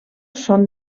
són